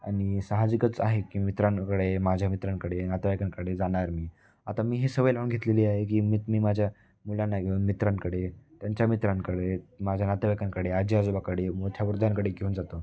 आणि सहाजिकच आहे की मित्रांकडे माझ्या मित्रांकडे नातेवाईकांकडे जाणार मी आता मी ही सवय लावून घेतलेली आहे की मी तर मी माझ्या मुलांना मित्रांकडे त्यांच्या मित्रांकडे माझ्या नातेवाईकांकडे आजी आजोबाकडे मोठ्या वृद्धांकडे घेऊन जातो